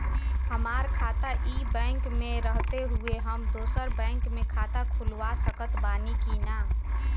हमार खाता ई बैंक मे रहते हुये हम दोसर बैंक मे खाता खुलवा सकत बानी की ना?